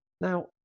now